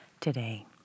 today